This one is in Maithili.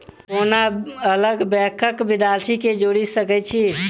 कोना अलग बैंकक लाभार्थी केँ जोड़ी सकैत छी?